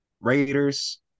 Raiders